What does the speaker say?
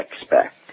expect